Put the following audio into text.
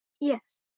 yes